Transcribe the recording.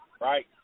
right